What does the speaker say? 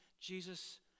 Jesus